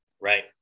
right